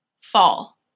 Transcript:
fall